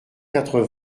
quatre